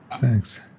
Thanks